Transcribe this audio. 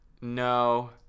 No